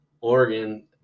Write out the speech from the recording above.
Oregon